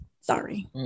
Sorry